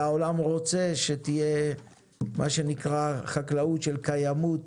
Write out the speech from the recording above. העולם רוצה שתהיה חקלאות של קיימות,